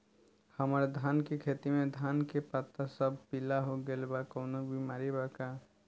हमर धान के खेती में धान के पता सब पीला हो गेल बा कवनों बिमारी बा का?